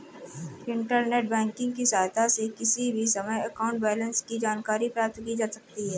internet banking की सहायता से किसी भी समय अकाउंट बैलेंस की जानकारी प्राप्त की जा सकती है